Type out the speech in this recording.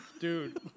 Dude